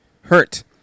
hurt